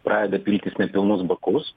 pradeda piltis nepilnus bakus